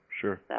sure